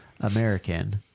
American